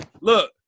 Look